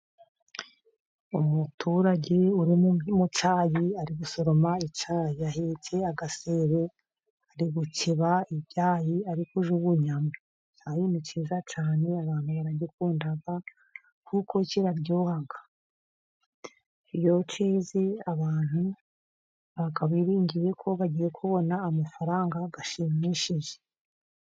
Umuturage uri mu cyayi ari gusorom icyayi ahetse agasero ari gukeba ibyayii ari kujugunya mo. Icyayi ni kiza cyane n'abantu baragikunda kuko kiraryoha, iyo keze abantu biringiye ko bagiye kubona amafaranga ashimishije.